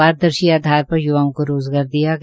पारदर्शी आधार पर य्वाओं को रोजगार दिया गया